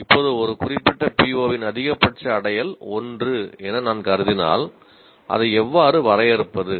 இப்போது ஒரு குறிப்பிட்ட POவின் அதிகபட்ச அடையல் 1 என நான் கருதினால் அதை எவ்வாறு வரையறுப்பது